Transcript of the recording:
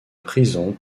prisons